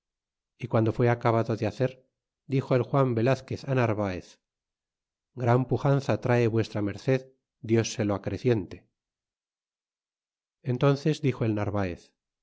y guando fue acabado de hacer dixo el juan velazquez narvaez gran pujanza trae v md dios se lo acreciente entónces dixo el narvaez